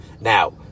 Now